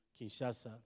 Kinshasa